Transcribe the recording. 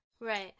Right